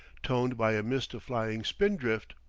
toned by a mist of flying spindrift.